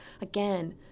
again